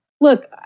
look